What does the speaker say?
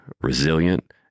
resilient